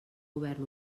govern